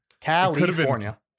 California